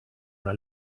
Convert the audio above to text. una